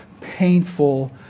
painful